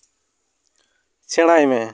ᱥᱮᱲᱟᱭ ᱢᱮ